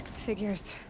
figures.